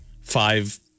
five